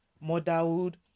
motherhood